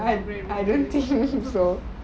and I don't think so